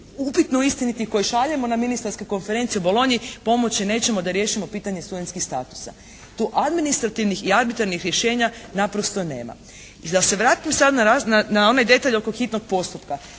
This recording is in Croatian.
upitno istinitih koje šaljemo na ministarske konferencije u Bologni pomoći nećemo da riješimo pitanje studentskih statusa. Tu administrativnih i arbitrarnih rješenja naprosto nema. I da se vratim sad na onaj detalj oko hitnog postupka.